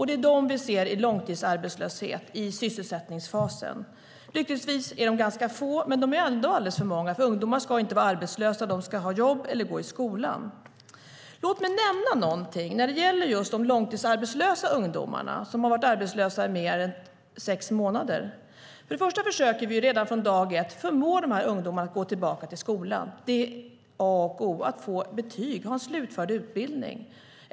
Det är dem vi ser i långtidsarbetslöshet i sysselsättningsfasen. Lyckligtvis är det ganska få, men de är ändå alldeles för många. Ungdomar ska inte vara arbetslösa. De ska ha jobb eller gå i skolan. Låt mig nämna någonting om de långtidsarbetslösa ungdomarna som har varit arbetslösa i mer än sex månader. Först och främst försöker vi redan från dag ett att förmå dessa ungdomar att gå tillbaka till skolan. Det är A och O att få betyg och ha en slutförd utbildning.